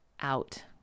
out